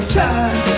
time